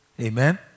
Amen